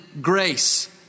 grace